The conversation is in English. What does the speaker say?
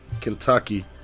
Kentucky